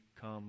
come